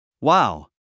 Wow